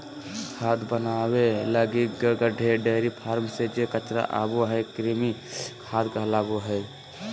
खाद बनाबे लगी गड्डे, डेयरी फार्म से जे कचरा आबो हइ, कृमि खाद कहलाबो हइ